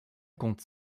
compte